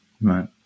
Right